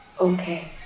Okay